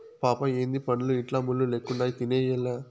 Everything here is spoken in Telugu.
పాపా ఏందీ పండ్లు ఇట్లా ముళ్ళు లెక్కుండాయి తినేయ్యెనా